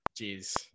Jeez